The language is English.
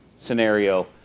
scenario